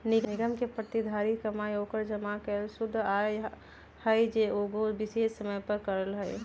निगम के प्रतिधारित कमाई ओकर जमा कैल शुद्ध आय हई जे उ एगो विशेष समय पर करअ लई